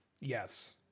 Yes